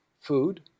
food